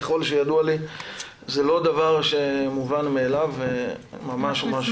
ככל שידוע לי זה לא דבר שמובן מאליו וממש --- כן,